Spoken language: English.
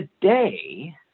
today